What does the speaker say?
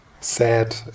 sad